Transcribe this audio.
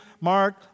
Mark